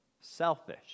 selfish